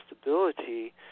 stability